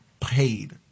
paid